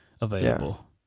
available